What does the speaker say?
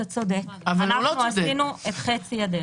אתה צודק, עשינו את חצי הדרך.